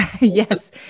Yes